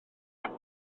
rownd